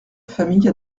famille